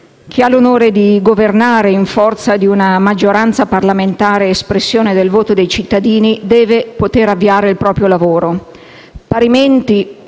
ha l'onore di governare in forza di una maggioranza parlamentare espressione del voto dei cittadini e deve poter avviare il proprio lavoro.